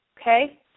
okay